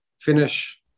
finish